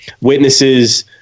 witnesses